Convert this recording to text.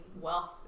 wealth